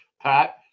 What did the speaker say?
Pat